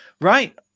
Right